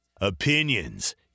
opinions